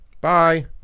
bye